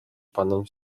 panom